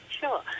Sure